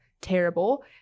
terrible